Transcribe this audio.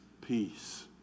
peace